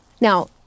Now